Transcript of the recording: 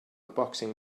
boxing